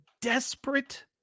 desperate